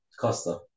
Costa